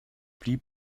blieb